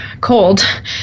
cold